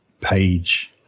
page